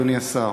אדוני השר: